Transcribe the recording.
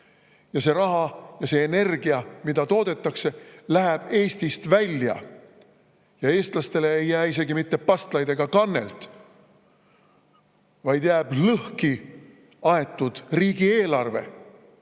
See raha ja energia, mida toodetakse, lähevad Eestist välja. Ja eestlastele ei jää isegi mitte pastlaid ega kannelt, vaid jääb lõhki aetud riigieelarve.